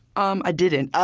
um i didn't. ah